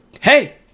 hey